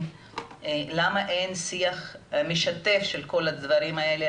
למה אין שיח משתף של כל הדברים האלה,